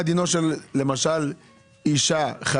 המדינה צריכה לקבוע יעדים למגוון אוכלוסיות,